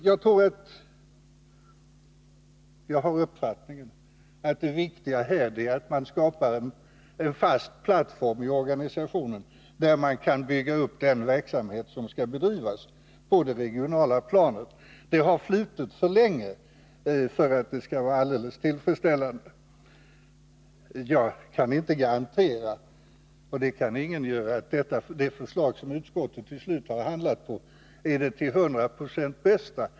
Jag har uppfattningen att det viktiga här är att man skapar en god plattform i organisationen, från vilken man kan bygga upp den verksamhet som skall bedrivas på det regionala planet. Det har flutit för länge för att det skall vara alldeles tillfredsställande. Jag kan inte garantera — det kan ingen göra — att det förslag som utskottet till slut har hamnat på är det till hundra procent bästa.